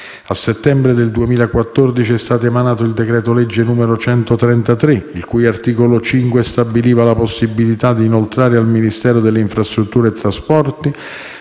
A settembre 2014 è stato emanato il decreto-legge n. 133, il cui articolo 5 stabiliva la possibilità di inoltrare al Ministero delle infrastrutture e dei trasporti